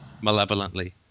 malevolently